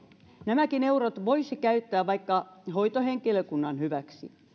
nämäkin eurot voisi käyttää vaikka hoitohenkilökunnan hyväksi